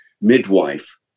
midwife